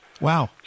Wow